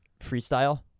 freestyle